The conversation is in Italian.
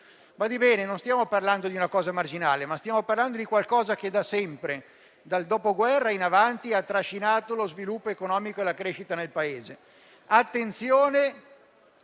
Badi bene, non stiamo parlando di una cosa marginale, ma di qualcosa che da sempre, dal dopoguerra in avanti, ha trascinato lo sviluppo economico e la crescita nel Paese.